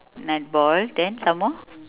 netball then some more